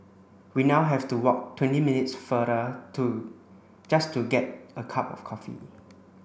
we now have to walk twenty minutes farther to just to get a cup of coffee